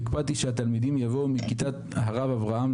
הקפדתי שהתלמידים יבואו מכיתת הרב אברהם,